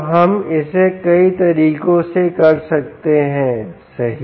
तो हम इसे कई तरीकों से कर सकते हैं सही